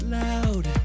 loud